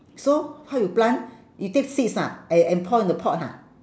so how you plant you take seeds ah and and pour in the pot ha